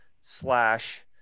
slash